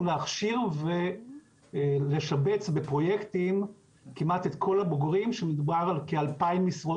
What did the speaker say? להכשיר ולשבץ בפרויקטים כמעט את כל הבוגרים שמדובר על כ-2,000 משרות